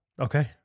Okay